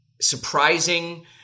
surprising